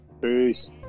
Peace